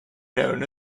known